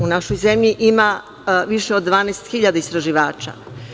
U našoj zemlji ima više od 12 hiljada istraživača.